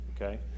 okay